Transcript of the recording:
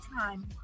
time